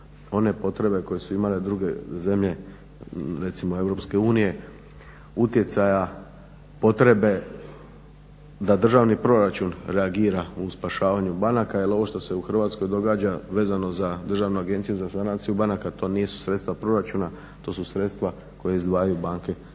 one potrebe koje su imale druge zemlje recimo EU, utjecaja potrebe da državni proračun reagira u spašavanju banaka. Jer ovo što se u Hrvatskoj događa vezano za Državnu agenciju za sanaciju banaka to nisu sredstva proračuna, to su sredstva koja izdvajaju banke po